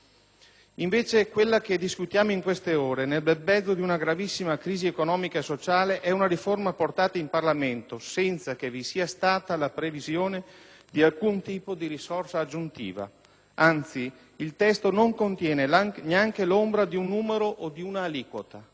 Invece, quella che discutiamo in queste ore, nel bel mezzo di una gravissima crisi economica e sociale, è una riforma portata in Parlamento senza che vi sia stata la previsione di alcun tipo di risorsa aggiuntiva. Anzi, il testo non contiene neanche l'ombra di un numero o di un'aliquota.